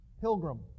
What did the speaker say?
Pilgrim